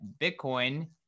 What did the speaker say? Bitcoin